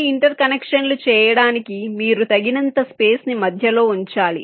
మీ ఇంటర్కనెక్షన్లు చేయడానికి మీరు తగినంత స్పేస్ ని మధ్యలో ఉంచాలి